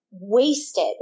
Wasted